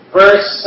verse